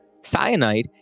Cyanide